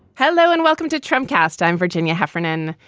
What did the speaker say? hello and welcome to tramcars time, virginia heffernan.